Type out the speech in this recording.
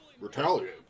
retaliate